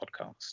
podcast